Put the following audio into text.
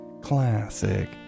classic